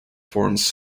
forms